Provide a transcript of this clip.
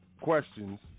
questions